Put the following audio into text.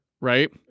right